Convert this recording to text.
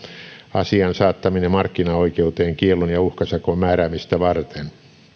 asian saattaminen markkinaoikeuteen kiellon ja uhkasakon määräämistä varten